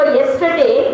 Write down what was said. yesterday